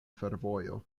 fervojo